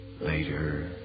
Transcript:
later